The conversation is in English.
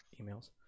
emails